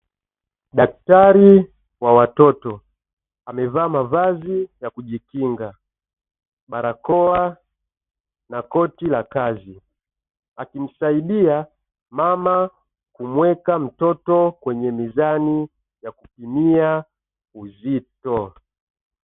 daktari wa watoto, amevaa mavazi ya kujikinga, barakoa na koti la kazi, akimsaidia mama kumweka mtoto kwenye mizani ya kupimia uzito.